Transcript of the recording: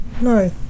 No